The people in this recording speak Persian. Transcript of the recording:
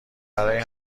برای